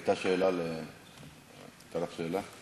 הייתה לך שאלה?